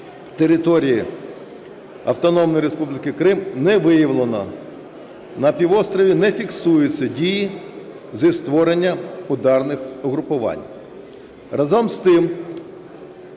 території Автономної Республіки Крим не виявлено. На півострові не фіксуються дії зі створення ударних угрупувань. Разом з тим,